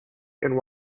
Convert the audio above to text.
and